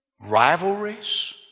rivalries